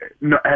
no